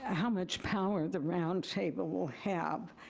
ah how much power the roundtable will have.